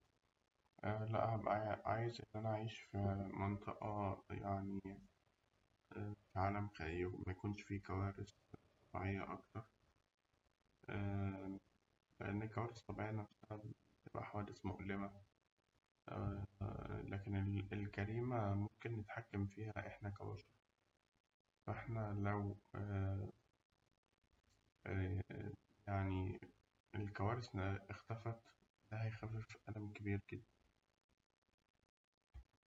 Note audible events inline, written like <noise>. هأبقى عايز إن أنا أعيش في منطقة يعني <hesitation> في عالم <unintelligible> ميكونش فيه كوارث طبيعية أكتر <hesitation> لأن الكوارث الطبيعية لما بتحصل بتبقى مؤلمة لكن الجريمة ممكن نتحكم فيها إحنا كبشر، فإحنا لو <hesitation> يعني <hesitation> الكوارث اختفت ده يخفف ألم كبير جداً.